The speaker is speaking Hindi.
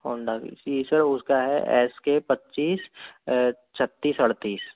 होंडा सिटी सर उसका है एस के पच्चीस छत्तीस अड़तीस